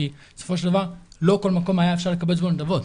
כי בסופו של דבר לא בכל מקום היה אפשר לקבץ נדבות.